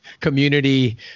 community